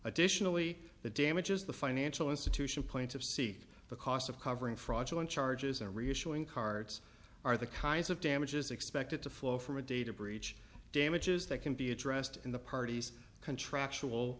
additionally the damages the financial institution points of seek the cost of covering fraudulent charges or reassuring cards are the kinds of damages expected to flow from a data breach damages that can be addressed in the parties contractual